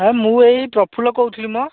ହଁ ମୁଁ ଏଇ ପ୍ରଫୁଲ୍ଲ କହୁଥିଲି ମ